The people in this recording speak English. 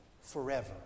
forever